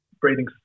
breathing